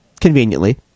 Conveniently